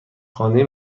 خانه